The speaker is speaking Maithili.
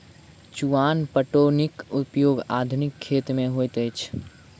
चुआन पटौनीक उपयोग आधुनिक खेत मे होइत अछि